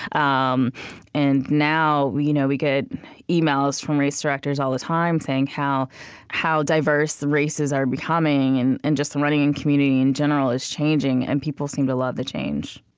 um and now we you know we get emails from race directors all the time, saying how how diverse races are becoming. and and just the running and community in general is changing, and people seem to love the change